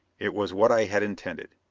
it was what i had intended.